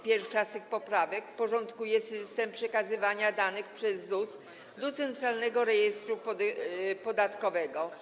Pierwsza z tych poprawek porządkuje system przekazywania danych przez ZUS do centralnego rejestru podatkowego.